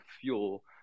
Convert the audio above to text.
fuel